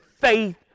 faith